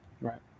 Right